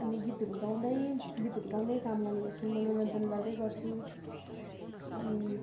अनि गीतहरू गाउँदै गीतहरू गाउँदै काम गर्ने गर्छु मनोरञ्जन गर्दै गर्छु अनि